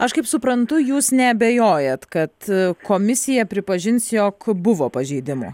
aš kaip suprantu jūs neabejojat kad komisija pripažins jog buvo pažeidimų